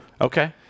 Okay